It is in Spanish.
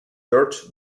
george